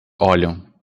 olham